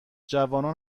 جوانان